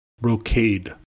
Brocade